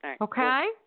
Okay